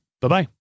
Bye-bye